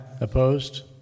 Opposed